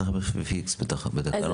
לדעתי, צריך מחיר פיקס, מחיר מקסימום, בתקנות.